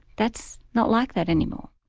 that's not like that any more.